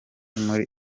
muri